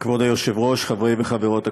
כבוד היושב-ראש, חברי וחברות הכנסת,